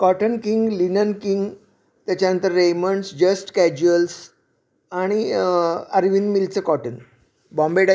cotton king linen king त्याच्यानंतर Raymonds just casuals आणि अरविंद मिलचं कॉटन बॉम्बे डाय